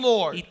Lord